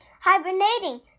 Hibernating